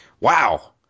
Wow